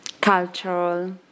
cultural